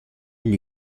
gli